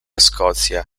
scotia